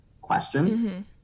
question